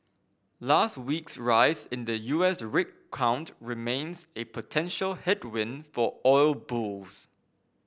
last week's rise in the U S rig count remains a potential headwind for oil bulls